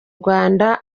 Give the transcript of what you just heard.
rwanda